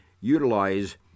utilize